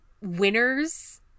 winners